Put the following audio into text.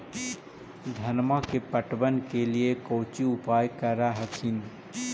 धनमा के पटबन के लिये कौची उपाय कर हखिन?